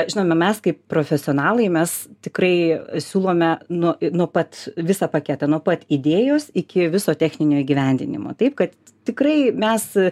žinoma mes kaip profesionalai mes tikrai siūlome nu nuo pat visą paketą nuo pat idėjos iki viso techninio įgyvendinimo taip kad tikrai mes